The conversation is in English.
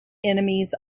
enemies